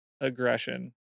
aggression